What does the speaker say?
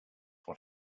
what